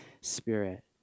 Spirit